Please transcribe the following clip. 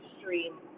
stream